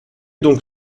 donc